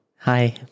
Hi